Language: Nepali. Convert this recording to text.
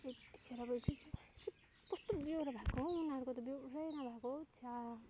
यतिखेर भइसक्यो छिः कस्तो बेहोरा भएको हो उनीहरूको त बेहोरै नभएको हो छ्या